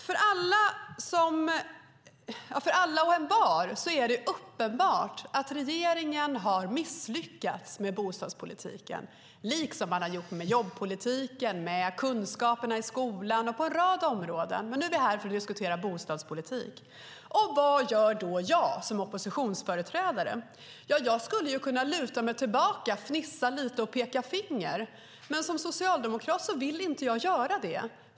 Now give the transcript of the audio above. För alla och envar är det uppenbart att regeringen har misslyckats med bostadspolitiken liksom den har gjort med jobbpolitiken, kunskaperna i skolan och på en rad områden. Men nu är vi här för att diskutera bostadspolitik. Vad gör då jag som oppositionsföreträdare? Jag skulle kunna luta mig tillbaka, fnissa lite och peka finger. Men som socialdemokrat vill jag inte göra det.